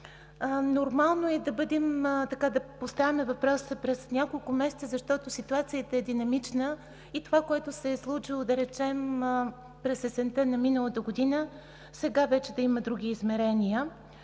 Нормално е да поставяме въпроса през няколко месеца, защото ситуацията е динамична и това, което се е случило, например през есента на миналата година, сега вече да има други измерения.